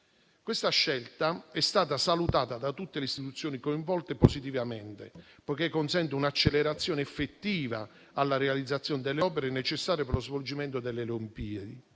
Questa scelta è stata salutata positivamente da tutte le istituzioni coinvolte, poiché consente un'accelerazione effettiva alla realizzazione delle opere necessarie per lo svolgimento delle Olimpiadi.